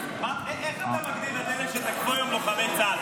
איך אתה מגדיר את אלה שתקפו היום לוחמי צה"ל,